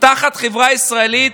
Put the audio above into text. תחת חברה ישראלית,